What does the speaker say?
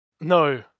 no